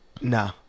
nah